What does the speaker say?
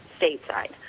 stateside